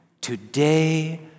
today